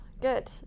good